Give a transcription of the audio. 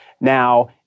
Now